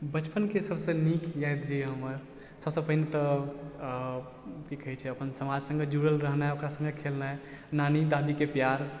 बचपनके सबसँ नीक याद जे अइ हमर सबसँ पहिने तऽ कि कहय छै अपन समाज सङ्गे जुड़ल रहनाइ ओकरा सङ्गे खेलनाइ नानी दादीके प्यार